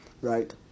Right